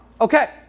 Okay